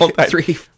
three